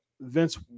Vince